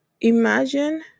imagine